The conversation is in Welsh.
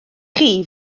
chi